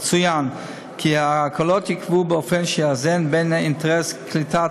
יצוין כי ההקלות ייקבעו באופן שיאזן בין אינטרס קליטת